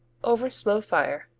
over slow fire.